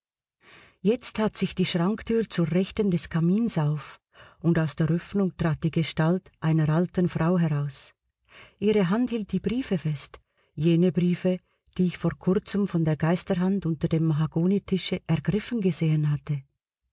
jetzt tat sich die schranktür zur rechten des kamins auf und aus der öffnung trat die gestalt einer alten frau heraus ihre hand hielt die briefe fest jene briefe die ich vor kurzem von der geisterhand unter dem mahagonitische ergriffen gesehen hatte